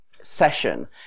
Session